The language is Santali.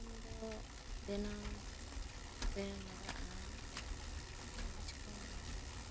ᱯᱟᱨᱠᱚᱢ ᱫᱚ ᱵᱮᱱᱟᱣ ᱛᱮ ᱞᱟᱜᱟᱜᱼᱟ ᱵᱟᱪᱠᱚᱢ ᱵᱟᱵᱮᱨ ᱟᱨ